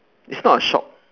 it's not a shop